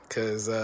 Cause